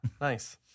nice